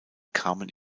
kamen